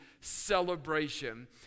celebration